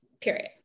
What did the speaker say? period